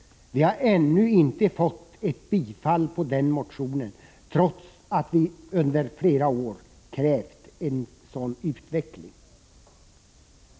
Vi har ännu inte fått ett bifall till den motionen, trots att vi under flera år har återkommit med detta krav.